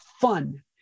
fun